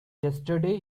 yesterday